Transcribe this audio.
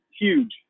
huge